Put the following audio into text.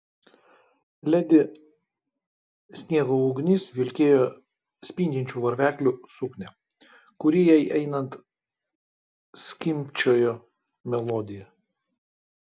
ledi sniego ugnis vilkėjo spindinčių varveklių suknią kuri jai einant skimbčiojo melodiją